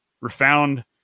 refound